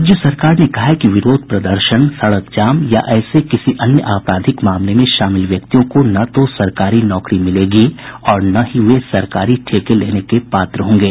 राज्य सरकार ने कहा है कि विरोध प्रदर्शन सड़क जाम या ऐसे किसी अन्य आपराधिक मामले में शामिल व्यक्तियों को न तो सरकारी नौकरी मिलेगी और न ही वे सरकारी ठेके लेने के पात्र होंगे